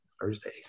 thursday